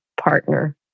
partner